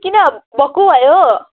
किन भक्कु भयो